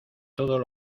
todos